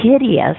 hideous